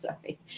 Sorry